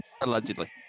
Allegedly